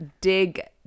dig